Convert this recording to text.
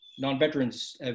non-veterans